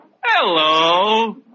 Hello